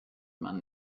man